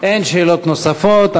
אין שאלות נוספות.